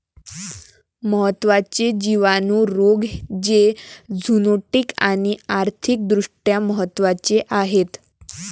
महत्त्वाचे जिवाणू रोग जे झुनोटिक आणि आर्थिक दृष्ट्या महत्वाचे आहेत